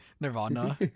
Nirvana